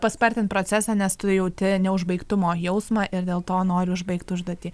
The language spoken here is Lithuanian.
paspartint procesą nes tu jauti neužbaigtumo jausmą ir dėl to nori užbaigt užduotį